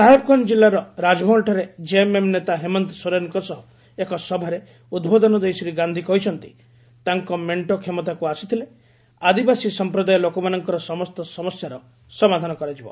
ସାହେବଗଞ୍ଜ ଜିଲ୍ଲାର ରାଜମହଲଠାରେ ଜେଏମ୍ଏମ୍ ନେତା ହେମନ୍ତ ସୋରେନଙ୍କ ସହ ଏକ ସଭାରେ ଉଦ୍ବୋଧନ ଦେଇ ଶ୍ରୀ ଗାନ୍ଧି କହିଛନ୍ତି ତାଙ୍କ ମେଣ୍ଟ କ୍ଷମତାକୁ ଆସିଥିଲେ ଆଦିବାସୀ ସମ୍ପ୍ରଦାୟ ଲୋକମାନଙ୍କର ସମସ୍ତ ସମସ୍ୟାର ସମାଧାନ କରାଯିବ